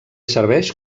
serveix